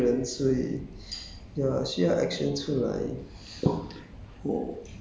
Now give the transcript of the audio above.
我不知道介绍什么 leh I think 我是比较 action 的一个人所以